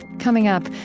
coming up,